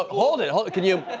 ah hold it. hold can you?